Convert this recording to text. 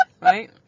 Right